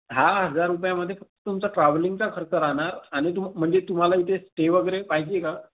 सहा हजार रुपयामध्ये फक्त तुमचा ट्रॅव्हलिंगचा खर्च राहणार आणि तुम म्हणजे तुम्हाला इथे स्टे वगैरे पाहिजे का